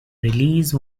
release